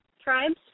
tribes